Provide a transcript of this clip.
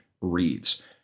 reads